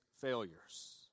failures